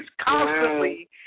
constantly